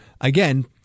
Again